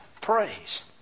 Praise